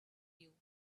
you